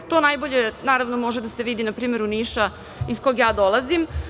To najbolje, naravno, može da se vidi na primer u Nišu iz kog ja dolazim.